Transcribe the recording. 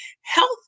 health